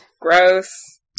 Gross